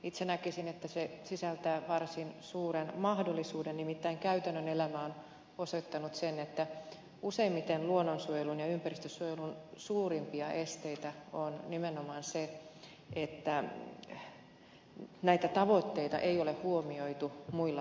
itse näkisin että se sisältää varsin suuren mahdollisuuden nimittäin käytännön elämä on osoittanut sen että useimmiten luonnonsuojelun ja ympäristönsuojelun suurimpia esteitä on nimenomaan se että näitä tavoitteita ei ole huomioitu muilla hallinnonaloilla